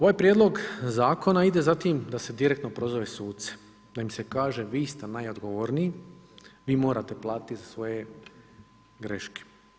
Ovaj prijedlog zakona ide za tim da se direktno prozove suce, da im se kaže vi ste najodgovorniji, vi morate platiti za svoje greške.